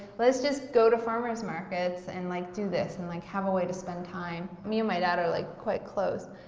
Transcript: let's just go to farmer's markets and like do this to and like have a way to spend time. me and my dad are like quite close.